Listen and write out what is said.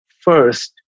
first